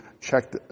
check